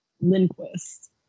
Lindquist